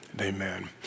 amen